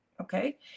okay